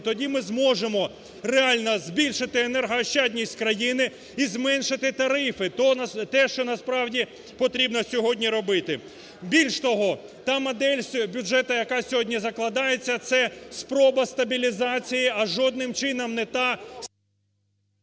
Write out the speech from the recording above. тоді ми зможемо реально збільшити енергоощадність країни і зменшити тарифи, те, що насправді потрібно сьогодні робити. Більш того, та модель бюджету, яка сьогодні закладається, це спроба стабілізації, а жодним чином не та…